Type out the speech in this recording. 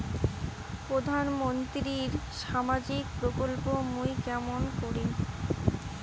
প্রধান মন্ত্রীর সামাজিক প্রকল্প মুই কেমন করিম?